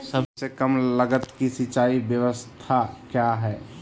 सबसे कम लगत की सिंचाई ब्यास्ता क्या है?